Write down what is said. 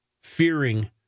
fearing